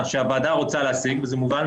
השוני לא רלוונטי,